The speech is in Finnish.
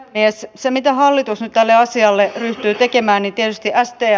ei se mitä hallitus nyt tälle asialle ryhtyy tekemään intelsatiaisten